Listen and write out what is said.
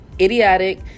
idiotic